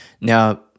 Now